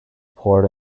poured